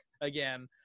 again